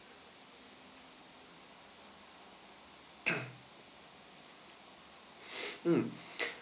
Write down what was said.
mm